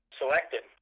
selected